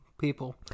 people